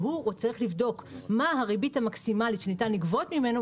שצריך לבדוק מה הריבית המקסימלית שניתן לגבות ממנו,